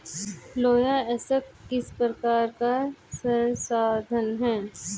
लौह अयस्क किस प्रकार का संसाधन है?